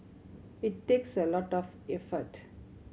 it takes a lot of effort